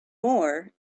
more